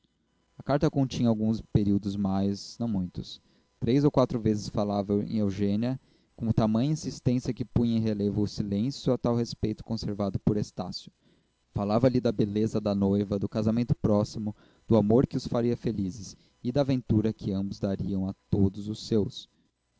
a carta continha alguns períodos mais não muitos três ou quatro vezes falava em eugênia com tamanha insistência que punha em relevo o silêncio a tal respeito conservado por estácio falava-lhe da beleza da noiva do casamento próximo do amor que os faria felizes e da ventura que ambos dariam a todos os seus